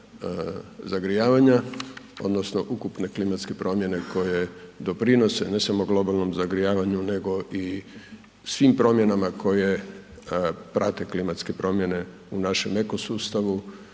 zagrijavanja odnosno ukupne klimatske promjene koje doprinose ne samo globalnom zagrijavanju nego i svim promjenama koje prate klimatske promjene u našem eko sustavu